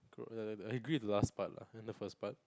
I agree with the last part lah and the first part